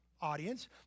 audience